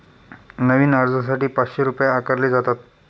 नवीन अर्जासाठी पाचशे रुपये आकारले जातात